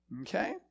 okay